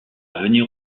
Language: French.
venir